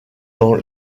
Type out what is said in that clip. dans